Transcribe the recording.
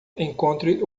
encontre